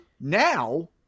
now